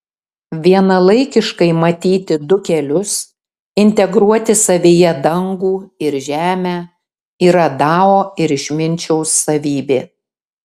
vienalaikiškai matyti du kelius integruoti savyje dangų ir žemę yra dao ir išminčiaus savybė